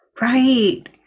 right